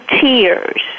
tears